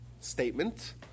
statement